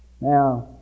Now